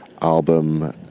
album